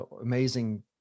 amazing